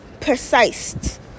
precise